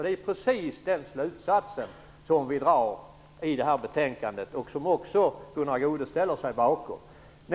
Det är precis den slutsatsen vi kommer fram till i det här betänkandet, som också Gunnar Goude ställer sig bakom.